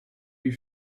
you